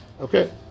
Okay